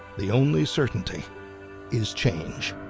the only certainty is change.